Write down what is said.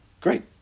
great